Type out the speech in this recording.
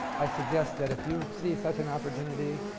i suggest that if you see such an opportunity,